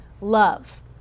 love